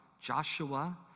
Joshua